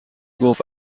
گفت